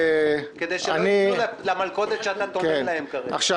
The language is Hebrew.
כדי שלא יפלו למלכודת שאתה טומן להם כרגע בגיבוי היועצים המשפטיים.